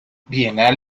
bienal